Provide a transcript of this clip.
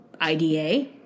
IDA